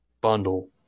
bundle